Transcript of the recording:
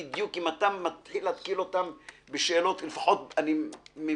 הפרות כאשר מתוכם בתיקים שניהלנו נגד חברות שפוגעות בקשישים,